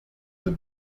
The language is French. veux